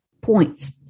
points